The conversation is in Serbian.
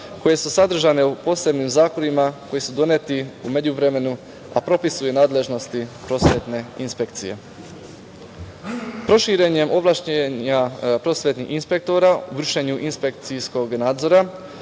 koje su sadržane u posebnim zakonima koji su doneti u međuvremenu, a propisuju nadležnosti prosvetne inspekcije. Proširena su ovlašćenja prosvetnih inspektora u vršenju inspekcijskog nadzora.